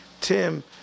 Tim